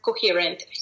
coherent